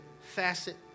facet